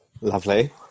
Lovely